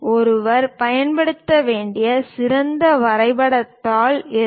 ஒருவர் பயன்படுத்த வேண்டிய சிறந்த வரைதல் தாள் எது